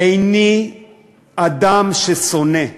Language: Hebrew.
איני אדם שונא,